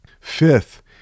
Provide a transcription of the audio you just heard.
Fifth